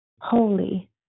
holy